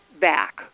back